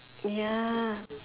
ya